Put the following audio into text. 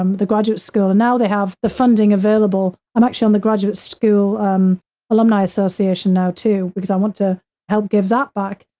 um the graduate school, and now they have the funding available. i'm actually on the graduate school um alumni association now too, because i want to help give that back.